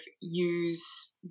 use